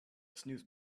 snooze